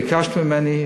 ביקשת ממני,